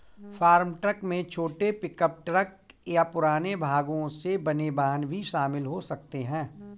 farm truck में छोटे pickup truck या पुराने भागों से बने वाहन भी शामिल हो सकते हैं